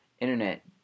internet